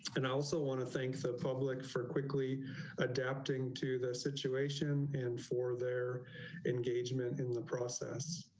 and i also want to thank the public for quickly adapting to the situation and for their engagement in the process.